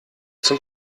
zum